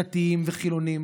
דתיים וחילונים,